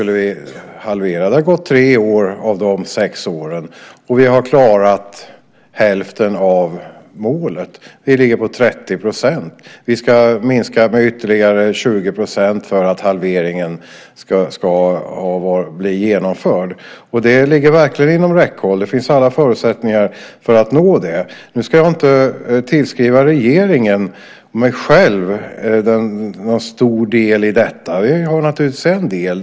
Det har gått tre av de sex åren, och vi har klarat hälften av målet. Vi ligger på 30 %. Vi ska minska med ytterligare 20 % för att halveringen ska bli genomförd. Det ligger verkligen inom räckhåll. Det finns alla förutsättningar att nå dit. Jag ska inte tillskriva regeringen och mig själv någon stor del i detta, men vi har naturligtvis en del.